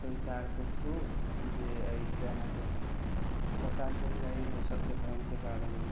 सञ्चारके through जे अइ से अहाँके पता चलि जाइए दोसरके धर्मके बारेमे